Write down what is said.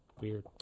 Weird